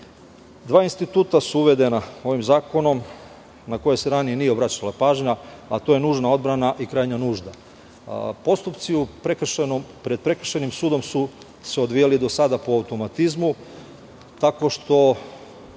instituta su uvedena ovim zakona na koje se ranije nije obraćala pažnja, a to je nužna odbrana i krajnja nužda. Postupci pred prekršajnim sudom su se odvijali do sada po automatizmu, tako što